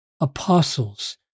apostles